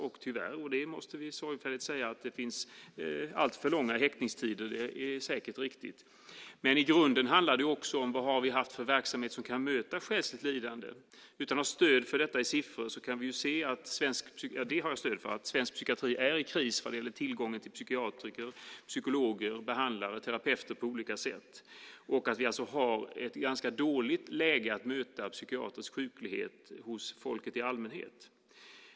Och tyvärr måste vi säga att det är alltför långa häktningstider - det är säkert riktigt. Men i grunden handlar det också om vad vi har haft för verksamhet som kan möta själsligt lidande. Jag har stöd för att påstå att svensk psykiatri är i kris vad gäller tillgången till psykiatriker, psykologer, behandlare och terapeuter, och vi har alltså ett ganska dåligt läge att möta psykiatrisk sjuklighet hos folk i allmänhet.